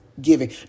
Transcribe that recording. giving